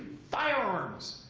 firearms,